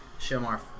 Shemar